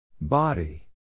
Body